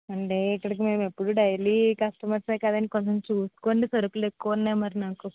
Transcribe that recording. అంటే ఇక్కడకి మేము ఎప్పుడు డైలీ కస్టమర్స్ ఏ కదండీ కొంచెం చూసుకోండి సరుకులు ఎక్కువ ఉన్నాయి మరి నాకు